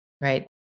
right